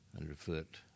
underfoot